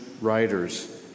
writers